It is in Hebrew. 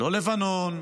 לא לבנון,